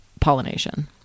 pollination